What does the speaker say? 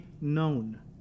known